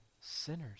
sinners